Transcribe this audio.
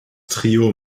trio